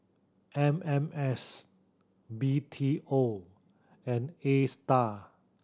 M M S B T O and Astar